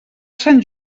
sant